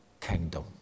kingdom